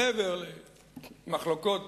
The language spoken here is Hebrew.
מעבר למחלוקות